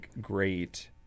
great